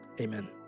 Amen